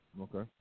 Okay